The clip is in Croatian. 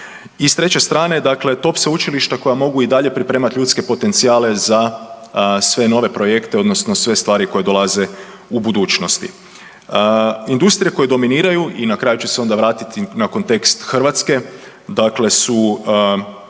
i s treće strane top sveučilišta koja mogu i dalje pripremat ljudske potencijale za sve nove projekte odnosno sve stvari koje dolaze u budućnosti. Industrije koje dominiraju i na kraju ću se onda vratiti na kontekst Hrvatske, dakle su